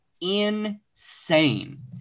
insane